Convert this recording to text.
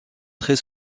très